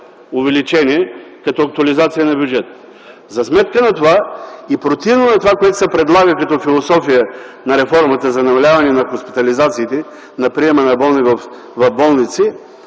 увеличение като актуализация на бюджета. За сметка на това и противно на това, което се предлага като философия на реформата за намаляване на хоспитализациите, на приема на болни в болници,